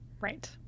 Right